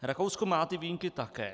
Rakousko má ty výjimky také.